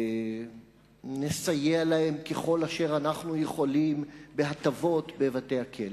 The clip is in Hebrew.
ונסייע להם ככל אשר אנחנו יכולים בהטבות בבתי-הכלא,